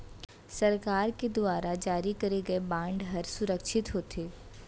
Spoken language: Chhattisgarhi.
सरकार के दुवार जारी करे गय बांड हर सुरक्छित होथे